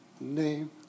name